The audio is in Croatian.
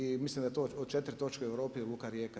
I mislim da je to od 4 točke u Europi je luka Rijeka.